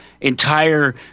entire –